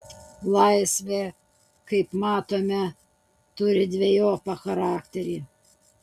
laisvė kaip matome turi dvejopą charakterį